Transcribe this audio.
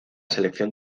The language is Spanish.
selección